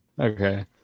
Okay